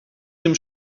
tym